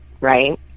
right